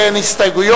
שלהם אין הסתייגויות,